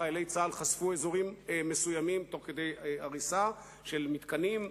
חיילי צה"ל חשפו אזורים מסוימים תוך כדי הריסה של מתקנים,